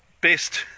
best